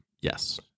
Yes